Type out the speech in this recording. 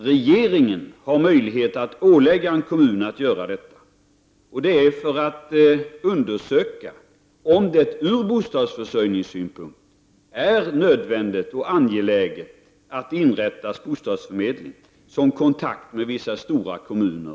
Regeringen har möjlighet att ålägga en kommun att göra detta, och det är för att undersöka om det från bostadsförsörjningssynpunkt är nödvändigt och angeläget att inrätta bostadsförmedling som det nu kommer att tas kontakt med vissa stora kommuner.